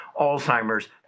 Alzheimer's